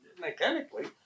mechanically